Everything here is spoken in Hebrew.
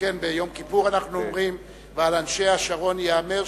שכן ביום כיפור אנחנו אומרים: ועל אנשי השרון ייאמר,